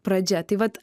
pradžia taip vat